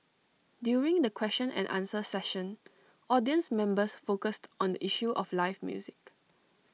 during the question and answer session audience members focused on the issue of live music